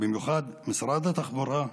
במיוחד משרד התחבורה,